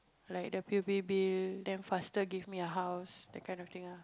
like the p_u_b bills then faster give me a house that kind of thing ah